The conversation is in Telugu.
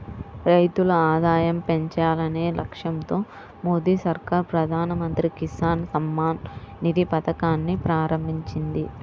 రైతుల ఆదాయం పెంచాలనే లక్ష్యంతో మోదీ సర్కార్ ప్రధాన మంత్రి కిసాన్ సమ్మాన్ నిధి పథకాన్ని ప్రారంభించింది